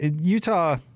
Utah—